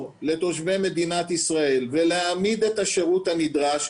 כדי לדאוג לא רק לאנשים על כיסא הגלגלים,